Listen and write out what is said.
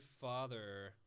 father-